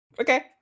Okay